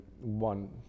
one